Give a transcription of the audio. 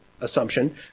assumption